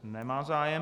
Nemá zájem.